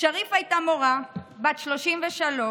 שריפה הייתה מורה בת 33,